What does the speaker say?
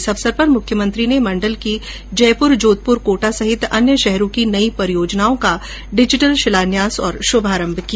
इस अवसर पर मुख्यमंत्री ने मंडल की जयपुर जोधपुर कोटा सहित अन्य शहरों की नई परियोजनाओं का शिलान्यास और शुभारम्भ किया